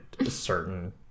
certain